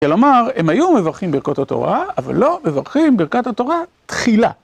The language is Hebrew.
כלומר, הם היו מברכים ברכות התורה, אבל לא מברכים ברכת התורה תחילה.